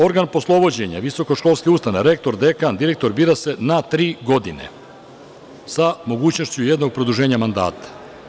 Organ poslovođenja visokoškolske ustanove, rektor, dekan, direktor, bira se na tri godine sa mogućnošću jednog produženja mandata.